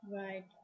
Right